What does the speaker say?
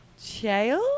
Chael